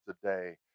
today